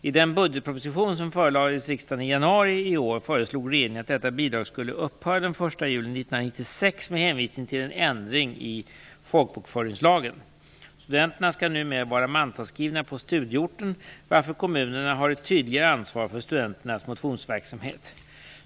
I den budgetproposition som förelades riksdagen i januari i år förslog regeringen att detta bidrag skulle upphöra den 1 juli 1996 med hänvisning till en ändring i folkbokföringslagen. Studenterna skall numera vara mantalsskrivna på studieorten, varför kommunerna har ett tydligare ansvar för studenternas motionsverksamhet.